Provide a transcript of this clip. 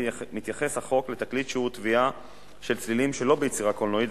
מתייחס החוק לתקליט שהוא טביעה של צלילים שלא ביצירה קולנועית,